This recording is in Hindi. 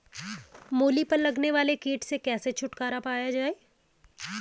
मूली पर लगने वाले कीट से कैसे छुटकारा पाया जाये?